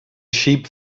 sheep